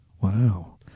wow